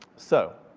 so